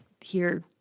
here-